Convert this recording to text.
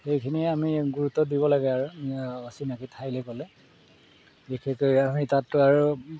সেইখিনিয়ে আমি গুৰুত্ব দিব লাগে আৰু অচিনাকি ঠাইলৈ গ'লে বিশেষকৈ আমি তাততো আৰু